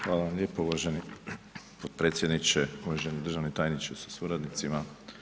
Hvala vam lijepo uvaženi potpredsjedniče, uvaženi državni tajniče sa suradnicima.